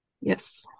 Yes